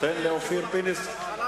תן לחבר הכנסת אופיר פינס להסביר.